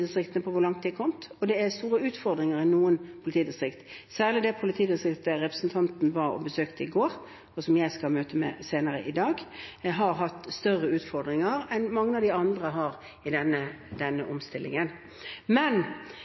på hvor langt de har kommet, og det er store utfordringer i noen politidistrikt. Særlig det politidistriktet representanten besøkte i går, og som jeg skal ha møte med senere i dag, har hatt større utfordringer enn mange av de andre i denne omstillingen.